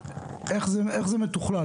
ממשרד התחבורה.